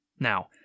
Now